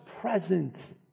presence